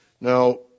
Now